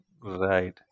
Right